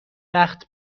وقت